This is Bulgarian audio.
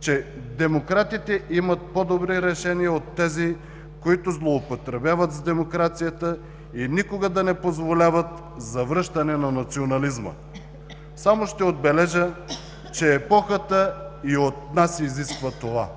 че „демократите имат по-добри решения от тези, които злоупотребяват с демокрацията“ и никога да не позволяват завръщане на национализма. Само ще отбележа, че епохата и от нас изисква това.